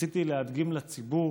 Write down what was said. רציתי להדגים לציבור